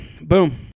boom